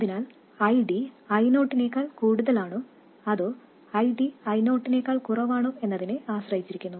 അതിനാൽ ID I0 നേക്കാൾ കൂടുതലാണോ അതോ ID I0 നേക്കാൾ കുറവാണോ എന്നതിനെ ആശ്രയിച്ചിരിക്കുന്നു